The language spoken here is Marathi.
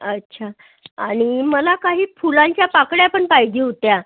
अच्छा आणि मला काही फुलांच्या पाकळ्या पण पाहिजे होत्या